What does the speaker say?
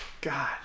God